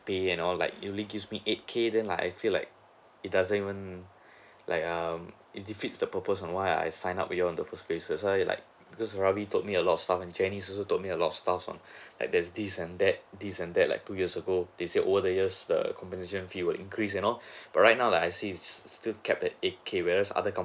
pay and all like you only gives me eight K then I feel like it doesn't even like um didn't fits the purpose of why I signed up with you at the first place that's why I like because ravi told me a lot of stuff and jenny also told me a lot of stuff on like there's this and that this and that like two years ago they said oo over the years the compensation fee will increase and all right now like I see it's still capped at eight K whereas other company